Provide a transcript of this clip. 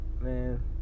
man